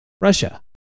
Russia